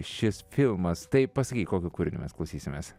šis filmas tai pasakyk kokio kūrinio mes klausysimės